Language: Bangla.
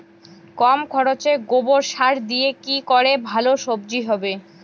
কম খরচে গোবর সার দিয়ে কি করে ভালো সবজি হবে?